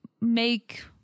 make